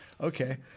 Okay